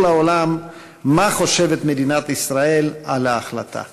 לעולם מה חושבת מדינת ישראל על ההחלטה.